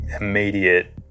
immediate